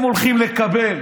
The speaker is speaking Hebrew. הם הולכים לקבל